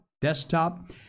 desktop